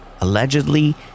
Allegedly